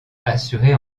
assurés